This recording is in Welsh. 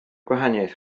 gwahaniaeth